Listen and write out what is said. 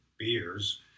beers